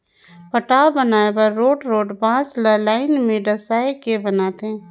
पटांव बनाए बर रोंठ रोंठ बांस ल लाइन में डसाए के बनाथे